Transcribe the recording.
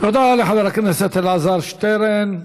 תודה לחבר הכנסת אלעזר שטרן.